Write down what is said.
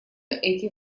эти